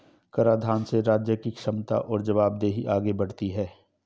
कराधान से राज्य की क्षमता और जवाबदेही आगे बढ़ती है